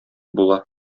була